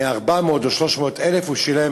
מ-400,000 או 300,000 הוא שילם